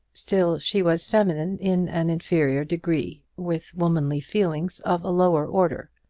still she was feminine in an inferior degree, with womanly feelings of a lower order.